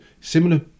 similar